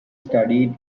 studied